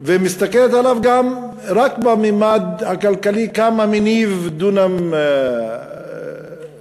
מסתכלת עליו רק בממד הכלכלי: כמה מניב דונם זית.